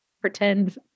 pretend